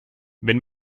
wenn